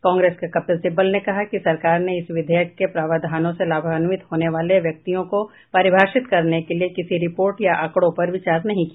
कांग्रेस के कपिल सिब्बल ने कहा कि सरकार ने इस विधेयक के प्रावधानों से लाभान्वित होने वाले व्यक्तियों को परिभाषित करने के लिए किसी रिपोर्ट या आंकड़ों पर विचार नहीं किया